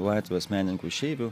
latvijos menininkų išeivių